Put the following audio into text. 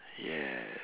yes